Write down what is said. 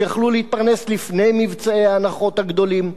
שיכלו להתפרנס לפני מבצעי ההנחות הגדולים.